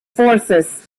forces